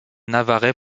navarrais